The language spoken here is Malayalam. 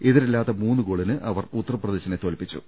എതിരില്ലാത്ത് മൂന്നുഗോളിന് അവർ ഉത്തർപ്രദേശിനെ തോൽപ്പിച്ചു